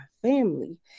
Family